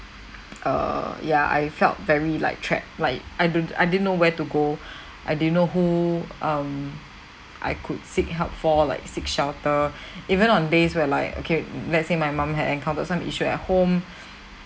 err yeah I felt very like trapped like I don't I didn't know where to go I didn't know who um I could seek help for like seek shelter even on days where like okay let's say my mum had encountered some issue at home